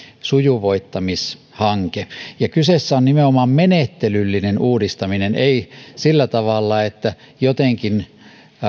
sujuvoittamishanke kyseessä on nimenomaan menettelyllinen uudistaminen ei sillä tavalla että jotenkin